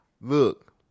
Look